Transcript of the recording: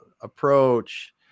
approach